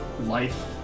life